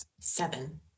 Seven